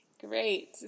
Great